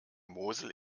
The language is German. mosel